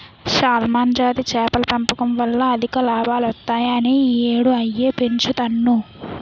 salmon జాతి చేపల పెంపకం వల్ల అధిక లాభాలొత్తాయని ఈ యేడూ అయ్యే పెంచుతన్ను